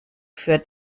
für